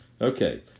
Okay